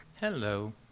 Hello